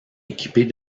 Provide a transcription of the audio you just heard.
équipées